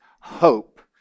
hope